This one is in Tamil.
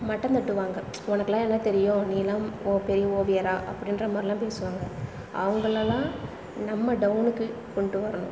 மட்டம் தட்டுவாங்கள் உனக்குலாம் என்ன தெரியும் நீயெல்லாம் ஓ பெரிய ஓவியரா அப்படின்ற மாதிரிலாம் பேசுவாங்கள் அவங்களலாம் நம்ம டவுனுக்கு கொண்டு வரணும்